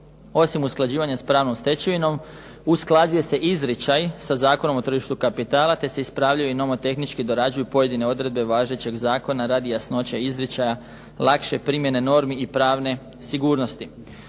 Osim usklađivanja s pravnom stečevinom, usklađuje se izričaj sa Zakonom o tržištu kapitala te se ispravljaju i nomotehnički dorađuju pojedine odredbe važećeg zakona radi jasnoće izričaja, lakše primjene normi i pravne sigurnosti.